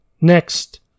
Next